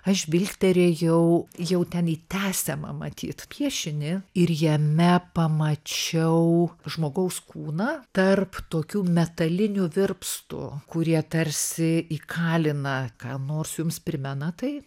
aš žvilgterėjau jau ten į tęsiamą matyt piešinį ir jame pamačiau žmogaus kūną tarp tokių metalinių virpstų kurie tarsi įkalina ką nors jums primena tai